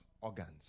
organs